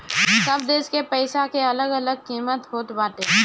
सब देस के पईसा के अलग अलग किमत होत बाटे